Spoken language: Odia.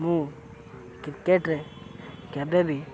ମୁଁ କ୍ରିକେଟ୍ରେ କେବେବି